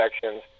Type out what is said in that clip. sections